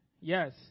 Yes